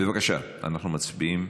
בבקשה, אנחנו מצביעים.